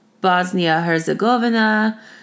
Bosnia-Herzegovina